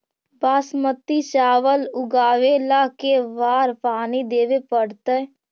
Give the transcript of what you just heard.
बासमती चावल उगावेला के बार पानी देवे पड़तै?